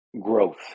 Growth